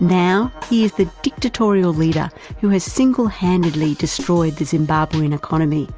now he is the dictatorial leader who has singlehandedly destroyed the zimbabwean economy,